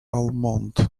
almond